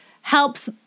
helps